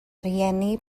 rieni